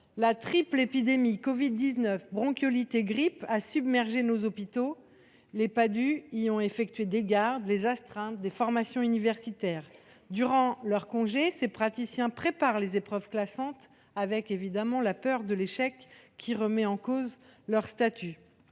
Une triple épidémie – covid 19, bronchiolite et grippe – a submergé nos hôpitaux, où les Padhue ont effectué des gardes, des astreintes et des formations universitaires. Durant leurs congés, ces praticiens préparent les épreuves classantes, dans la peur de l’échec qui remettrait en cause leur statut.